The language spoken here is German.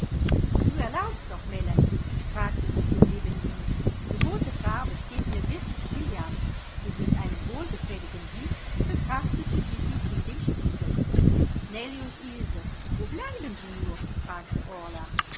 du erlaubst doch melanie fragte sie so nebenhin die rote farbe steht mir wirklich brillant und mit einem wohlgefälligen blick betrachtete sie sich in dem spiegel nellie und ilse wo bleiben sie nur fragte